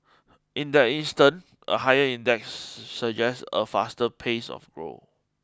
in that instance a higher index suggest a faster pace of growth